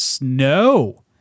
No